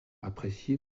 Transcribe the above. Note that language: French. apprécie